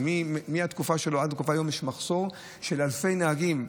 מהתקופה שלו ועד היום יש מחסור של אלפי נהגים.